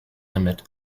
limit